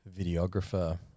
videographer